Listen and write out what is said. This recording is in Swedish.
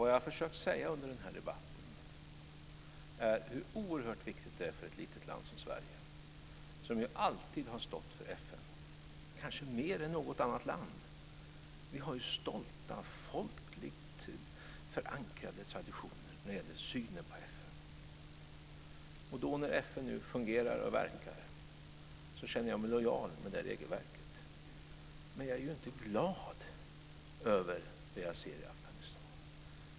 Vad jag har försökt peka på under den här debatten är hur oerhört viktigt detta är för ett litet land som Sverige, som ju alltid har stått för FN - kanske mer än något annat land. Vi har ju stolta, folkligt förankrade traditioner när det gäller synen på FN. När nu FN fungerar och verkar känner jag mig lojal med det regelverket, men jag är inte glad över vad jag ser i Afghanistan.